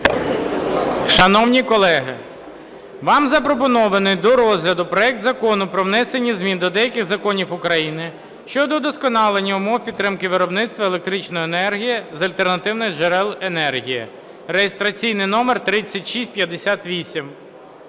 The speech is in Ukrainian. Шановні колеги, вам запропонований до розгляду проект Закону про внесення змін до деяких законів України щодо удосконалення умов підтримки виробництва електричної енергії з альтернативних джерел енергії (реєстраційний номер 3658).